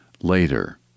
Later